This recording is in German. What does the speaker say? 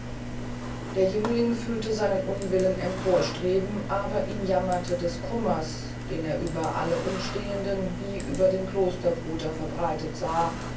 der jüngling fühlte seinen unwillen empor streben aber ihn jammerte des kummers den er über alle umstehende wie über den klosterbruder verbreitet sah